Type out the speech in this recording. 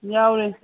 ꯌꯥꯎꯔꯤ